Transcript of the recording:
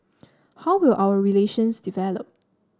how will our relations develop